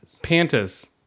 Pantas